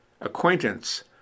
acquaintance